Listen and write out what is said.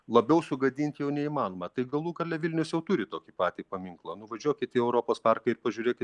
labiau sugadint jau neįmanoma tai galų gale vilnius jau turi tokį patį paminklą nuvažiuokit į europos parką ir pažiūrėkit